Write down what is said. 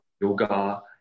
yoga